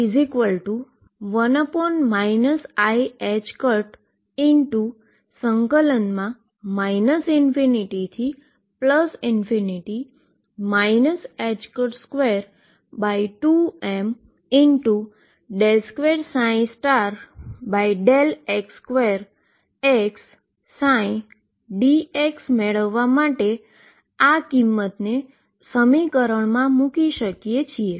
ddt⟨x⟩1 iℏ ∞ 22m2x2xψdx મેળવવા માટે આ કિંમત ને સમીકરણમાં મુકી શકીએ છીએ